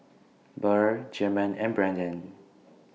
Burr German and Branden